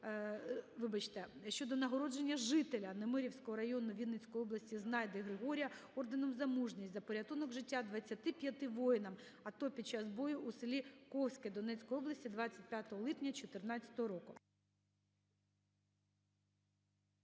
щодо народження жителя Немирівського району Вінницької області Знайди Григорія Орденом "За мужність" за порятунок життя 25 воїнам АТО під час бою у селі Ковське Донецької області 25 липня 2014 року.